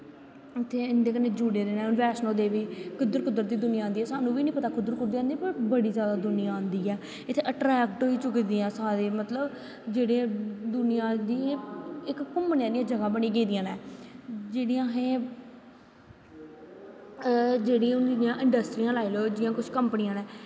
इत्थै इं'दे कन्नै जुड़े दे न बैष्णों देवी कुद्धर कुद्धर दी दुनियां आंदी ऐ सानूं बी निं पता कुद्धर कुद्धर तो बड़ी जैदा दुनियां आंदी ऐ इत्थै अट्रैक्ट होई चुके दे ऐ सारे मतलब जेह्ड़ी दुनियां आंदी ऐ इक घूमनें आह्लियां जगह बनी दियां न जेह्ड़ियां असेें जेह्ड़ियां जि'यां इंडस्ट्रियां लाई लैओ